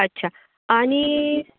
अच्छा आणि